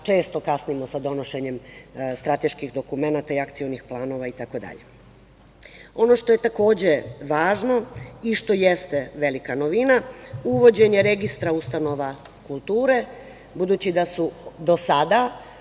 često kasnimo sa donošenjem strateških dokumenata i akcionih planova itd. Ono što je takođe važno i što jeste velika novina – uvođenje registra ustanova kulture. Budući da su do sada